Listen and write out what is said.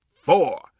four